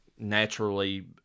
Naturally